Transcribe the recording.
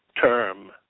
term